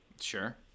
Sure